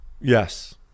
Yes